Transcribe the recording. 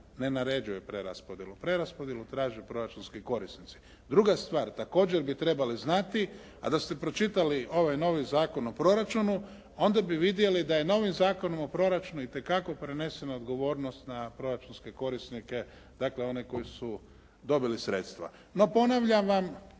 ne naređuje preraspodjelu. Preraspodjelu traže proračunski korisnici. Druga stvar, također bi trebali znati, a da ste pročitali ovaj novi Zakon o proračunu, onda bi vidjeli da je novim Zakonom o proračunu itekako prenesena odgovornost na proračunske korisnike dakle oni koji su dobili sredstva. No ponavljam vam,